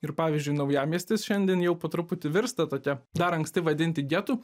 ir pavyzdžiui naujamiestis šiandien jau po truputį virsta tokia dar anksti vadinti getu